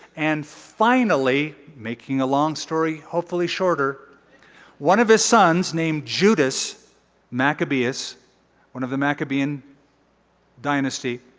and finally making a long story hopefully shorter one of his sons named judas maccabeus one of the maccabean dynasty